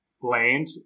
flamed